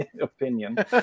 opinion